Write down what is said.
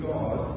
God